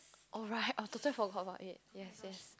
alright I totally forgot about it yes yes